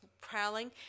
prowling